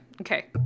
okay